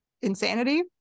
insanity